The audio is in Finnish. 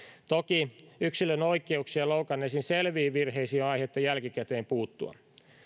toki yksilön oikeuksia loukanneisiin selviin virheisiin on aihetta jälkikäteen puuttua